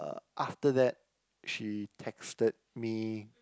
after that she texted me